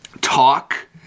Talk